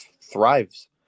thrives